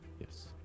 Yes